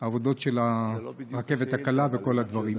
אלה עבודות של הרכבת הקלה וכל הדברים.